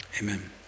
Amen